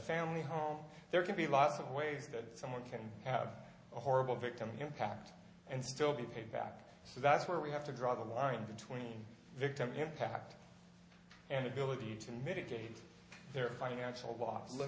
family home there can be lots of ways that someone can have a horrible victim impact and still be paid back so that's where we have to draw the line between victim impact and ability to mitigate their financial l